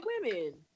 women